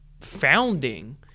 founding